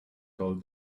told